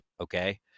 Okay